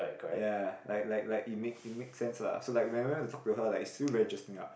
ya like like like it make it make sense lah so like whenever I go talk to her it's still very interesting ah